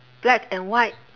black and white